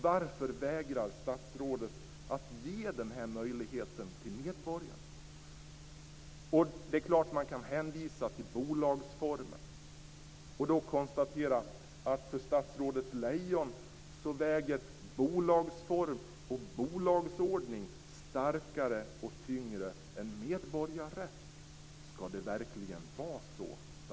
Varför vägrar statsrådet att ge denna möjlighet till medborgarna? Det är klart att man kan hänvisa till bolagsformen och då konstatera att för statsrådet Lejon väger bolagsform och bolagsordning tyngre än medborgarrätt. Skall det verkligen vara så, statsrådet?